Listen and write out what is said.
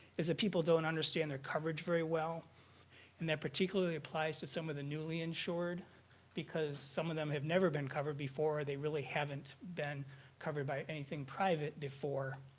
is that people don't understand their coverage very well and that particularly applies to some of the newly insured because some of them have never been covered before. they really haven't been covered by anything private before.